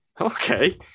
okay